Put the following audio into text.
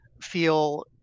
feel